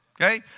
okay